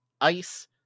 Ice